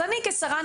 אני כשרה,